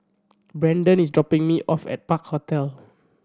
Brandon is dropping me off at Park Hotel